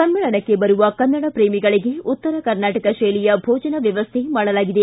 ಸಮ್ಮೇಳನಕ್ಕೆ ಬರುವ ಕನ್ನಡ ಪ್ರೇಮಿಗಳಿಗೆ ಉತ್ತರ ಕರ್ನಾಟಕ ಶೈಲಿಯ ಭೋಜನ ವ್ಯವಸ್ಥೆ ಮಾಡಲಾಗಿದೆ